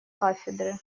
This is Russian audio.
кафедры